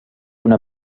una